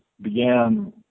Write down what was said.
began